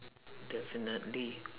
definitely